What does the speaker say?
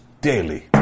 daily